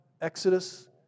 Exodus